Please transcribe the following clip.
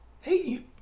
hey